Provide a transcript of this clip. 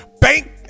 Bank